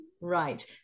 Right